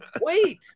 Wait